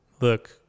look